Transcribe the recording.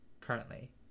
currently